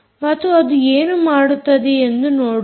ಮತ್ತು ಅದು ಏನು ಮಾಡುತ್ತದೆ ಎಂದು ನೋಡೋಣ